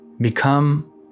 become